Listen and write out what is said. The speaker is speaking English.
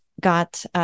got